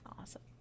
awesome